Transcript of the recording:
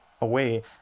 away